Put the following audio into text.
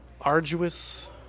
Arduous